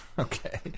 Okay